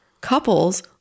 couples